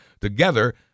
Together